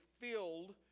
filled